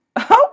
Okay